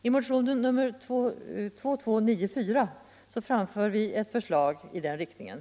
I motionen 2294 framför vi ett förslag i den riktningen.